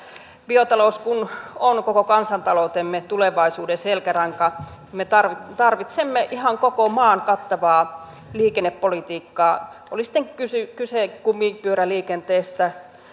biotalous kun on koko kansantaloutemme tulevaisuuden selkäranka me tarvitsemme ihan koko maan kattavaa liikennepolitiikkaa oli kyse kyse sitten kumipyöräliikenteestä